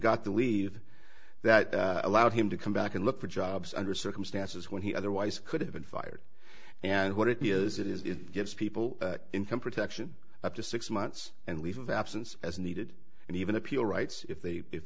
got to leave that allowed him to come back and look for jobs under circumstances when he otherwise could have been fired and what it is it is it gives people income protection up to six months and leave of absence as needed and even appeal rights if they if